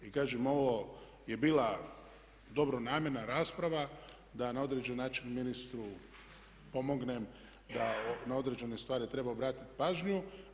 I kažem ovo je bila dobronamjerna rasprava da na određeni način ministru pomognem da na određene stvari treba obratiti pažnju.